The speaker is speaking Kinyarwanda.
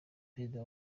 perezida